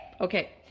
Okay